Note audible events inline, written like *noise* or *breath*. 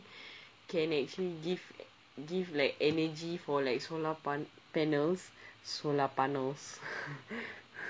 *breath* can actually give a give like energy for like solar pan~ panels solar panels *laughs*